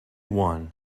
one